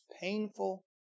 painful